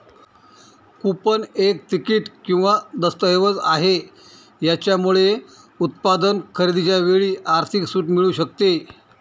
coupon एक तिकीट किंवा दस्तऐवज आहे, याच्यामुळे उत्पादन खरेदीच्या वेळी आर्थिक सूट मिळू शकते